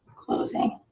closing.